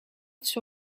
sur